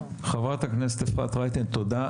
חברת הכנסת אפרת רייטן, תודה.